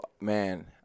man